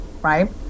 right